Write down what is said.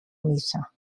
missa